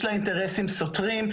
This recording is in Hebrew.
יש לה אינטרסים סותרים,